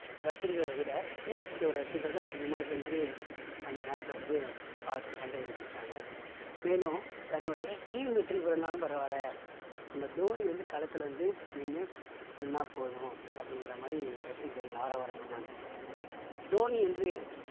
ரசிரிகளை விட சிஎஸ்கேயோடய ரசிகர்கள் தான் அதிகமாக சென்று அந்த மேட்சை வந்து பார்த்து கண்டு கழுச்சிருக்காங்க மேலும் தன்னுடைய டீம் வெற்றி பெர்றனாலும் பரவாயில்ல நம்ம தோனி வந்து களத்தில் வந்து நின்று நின்றா போதும் அப்படிங்கிறா மாதிரி ரசிகர்கள் ஆராவாரம் பண்ணாங்க தோனி என்று